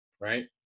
right